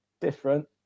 different